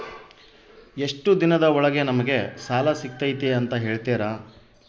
ಎಷ್ಟು ದಿನದ ಒಳಗೆ ನಮಗೆ ಸಾಲ ಸಿಗ್ತೈತೆ ಅಂತ ಹೇಳ್ತೇರಾ?